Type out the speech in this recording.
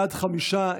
בעד, חמישה.